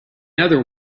other